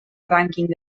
rànquing